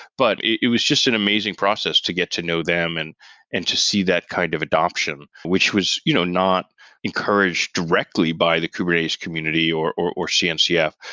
but it was just an amazing process to get to know them and and to see that kind of adoption, which was you know not encouraged directly by the kubernetes community or or cncf.